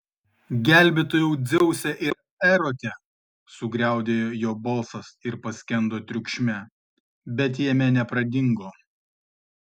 gelbėtojau dzeuse ir erote sugriaudėjo jo balsas ir paskendo triukšme bet jame nepradingo